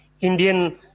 Indian